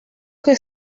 que